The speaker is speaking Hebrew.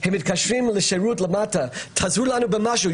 הם מתקשרים לשירות למטה כדי שיעזרו להם במשהו,